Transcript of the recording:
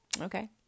Okay